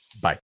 Bye